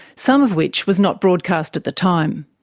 some of which was not broadcast at the time.